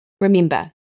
Remember